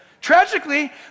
Tragically